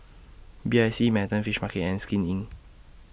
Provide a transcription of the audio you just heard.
B I C Manhattan Fish Market and Skin Inc